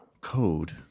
code